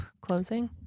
closing